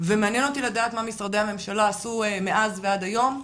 ומעניין אותי לדעת מה משרדי הממשלה עשו מאז ועד היום,